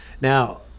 Now